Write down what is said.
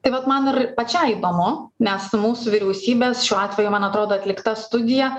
tai vat man ir pačiai įdomu nes mūsų vyriausybės šiuo atveju man atrodo atlikta studija